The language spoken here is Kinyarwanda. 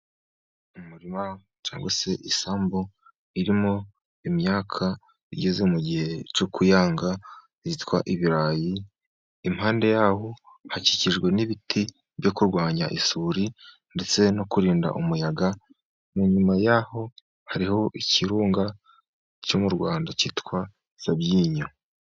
Umurima cyangwa se isambu irimo imyaka igeze mu gihe cyo kuyanga, yitwa ibirayi. Impande yaho hakikijwe n'ibiti byo kurwanya isuri ndetse no kurinda umuyaga. Inyuma yaho hariho ikirunga cyo mu Rwanda cyitwa Sabyinyo.